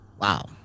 Wow